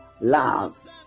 love